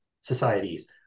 societies